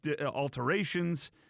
alterations